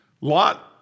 Lot